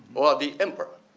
or the emperor.